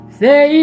say